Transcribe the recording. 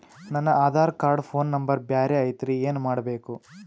ನನ Aadhaar card phone number ಬ್ಯಾರೆ ಐತ್ರಿ ಏನ ಮಾಡಬೇಕು?